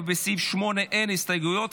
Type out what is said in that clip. ולסעיף 8 אין הסתייגויות,